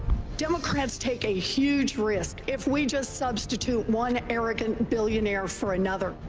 democrats take a huge risk if we just substitute one arrogant billionaire for another.